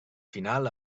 final